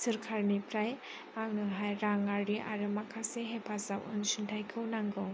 सरखारनिफ्राय आंनोहाय रांआरि आरो माखासे हेफाजाब अनसुंथाइखौ नांगौ